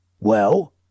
Well